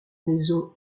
maison